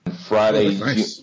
Friday